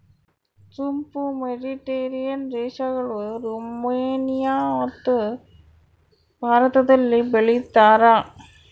ಸೋಂಪು ಮೆಡಿಟೇರಿಯನ್ ದೇಶಗಳು, ರುಮೇನಿಯಮತ್ತು ಭಾರತದಲ್ಲಿ ಬೆಳೀತಾರ